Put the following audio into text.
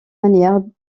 manières